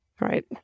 Right